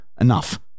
enough